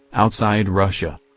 outside russia.